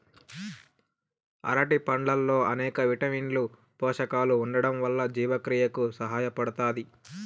అరటి పండ్లల్లో అనేక విటమిన్లు, పోషకాలు ఉండటం వల్ల జీవక్రియకు సహాయపడుతాది